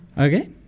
Okay